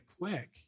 quick